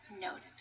noted